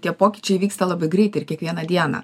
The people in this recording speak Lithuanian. tie pokyčiai vyksta labai greit ir kiekvieną dieną